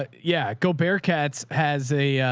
ah yeah, go bear katz has a,